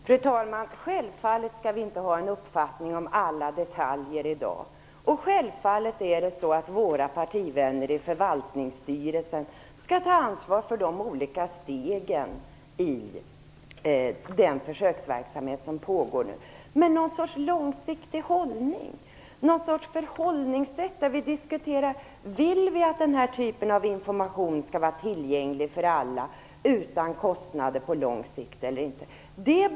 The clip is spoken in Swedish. Fru talman! Vi skall självfallet inte ha en uppfattning om alla detaljer i dag. Självfallet skall våra partivänner i förvaltningsstyrelsen ta ansvar för de olika stegen i den försöksverksamhet som nu pågår. Men vi borde i dag orka ha någon sorts långsiktig hållning, något förhållningssätt, där vi diskuterar om vi vill att den här typen av information skall vara tillgänglig för alla utan kostnader på lång sikt eller inte.